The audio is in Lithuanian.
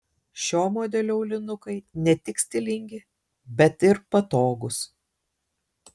šio modelio aulinukai ne tik stilingi bet ir patogūs